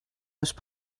most